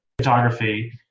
photography